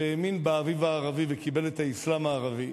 שהאמין באביב הערבי וקיבל את האסלאם הערבי,